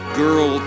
girl